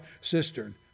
cistern